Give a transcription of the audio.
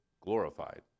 glorified